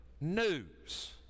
news